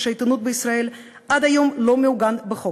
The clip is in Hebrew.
העיתונות בישראל עד היום לא מעוגן בחוק.